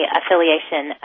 affiliation